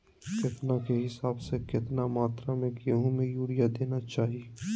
केतना के हिसाब से, कितना मात्रा में गेहूं में यूरिया देना चाही?